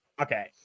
okay